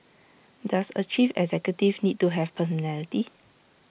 does A chief executive need to have personality